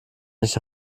nicht